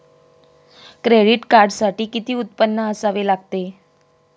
Credit कार्डसाठी किती उत्पन्न असावे लागते?